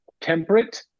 temperate